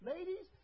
Ladies